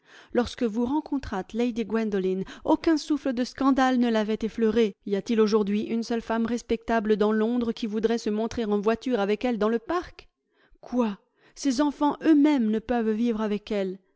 lorsque vous rencontrâtes lady gwen doline aucun souffle de scandale ne l'avait effleurée y a-t-il aujourd'hui une seule femme respectable dans londres qui voudrait se montrer en voiture avec elle dans le parc quoi ses enfants eux-mêmes ne peuvent vivre avec elle